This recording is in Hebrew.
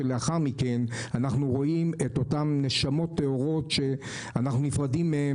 ולאחר מכן את אותן נשמות טהורות שאנחנו נפרדים מהן